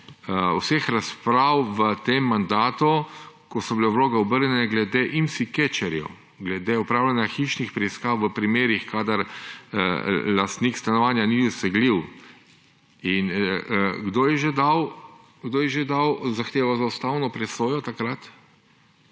vseh razprav v tem mandatu, ko so bile vloge obrnjene, glede IMSI catcherjev, glede opravljanja hišnih preiskav v primerih, kadar lastnik stanovanja ni dosegljiv. Kdo je že dal, kdo je že dal zahtevo za ustavno presojo takrat?